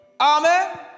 Amen